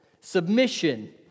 submission